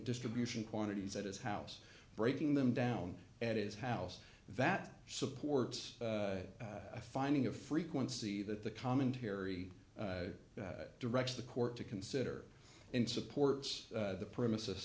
distribution quantities at his house breaking them down at his house that supports a finding of frequency that the commentary directs the court to consider and supports the premises